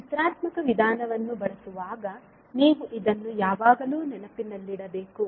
ನೀವು ಚಿತ್ರಾತ್ಮಕ ವಿಧಾನವನ್ನು ಬಳಸುವಾಗ ನೀವು ಇದನ್ನು ಯಾವಾಗಲೂ ನೆನಪಿನಲ್ಲಿಡಬೇಕು